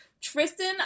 Tristan